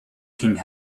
king